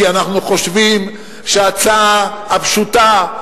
כי אנחנו חושבים שההצעה הפשוטה,